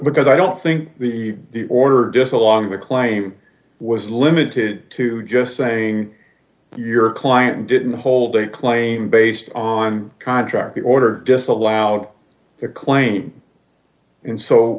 because i don't think the order just along the claim was limited to just saying your client didn't hold a claim based on contract the order disallowed the claim in so